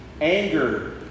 Anger